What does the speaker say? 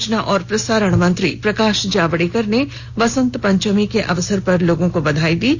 सूचना और प्रसारण मंत्री प्रकाश जावडेकर ने वसंत पंचमी के अवसर पर बधाई दी है